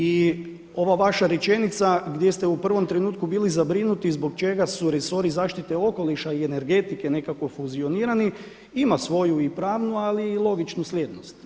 I ova vaša rečenica gdje ste u prvom trenutku bili zabrinuti zbog čega su resori zaštite okoliša i energetike nekako fuzionirani ima svoju i pravnu ali i logičnu slijednost.